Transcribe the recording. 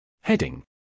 Heading